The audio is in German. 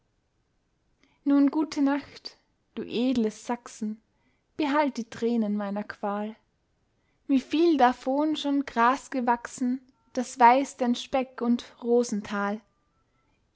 nun gute nacht du edles sachsen behalt die tränen meiner qual wieviel davon schon gras gewachsen das weiß dein speck und rosental